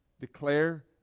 Declare